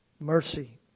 mercy